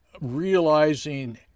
realizing